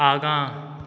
आगाँ